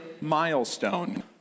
milestone